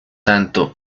tanto